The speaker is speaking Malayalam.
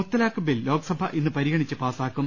മുത്തലാഖ് ബിൽ ലോക്സഭ ഇന്ന് പ്രിഗണിച്ച് പാസ്സാക്കും